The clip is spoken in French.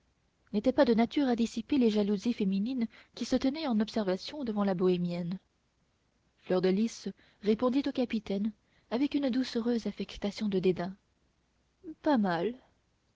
n'était pas de nature à dissiper les jalousies féminines qui se tenaient en observation devant la bohémienne fleur de lys répondit au capitaine avec une doucereuse affectation de dédain pas mal